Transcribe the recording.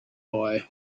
boy